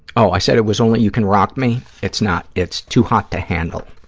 oh, i said it was only you can rock me. it's not. it's too hot to handle,